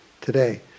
today